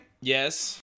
Yes